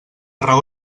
raó